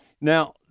Now